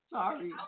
Sorry